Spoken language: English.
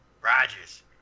Rogers